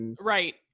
Right